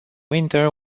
winter